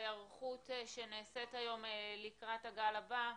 ההיערכות שנעשית היום לקראת הגל הבא?